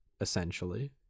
essentially